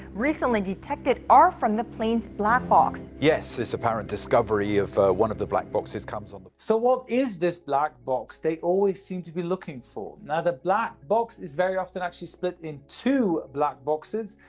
recently detected are from the planes black box. yes. its apparent discovery of one of the black boxes comes on them. so what is this black box they always seem to be looking for? now, the black box is very often actually split in two black boxes,